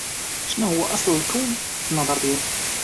شنو هو اصل الكون في النظر ديالك؟